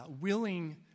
willing